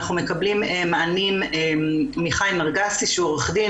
אנחנו מקבלים מענים מחיים ארגסי שהוא עורך דין,